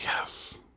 Yes